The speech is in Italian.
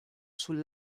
sul